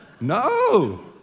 No